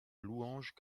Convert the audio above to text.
louanges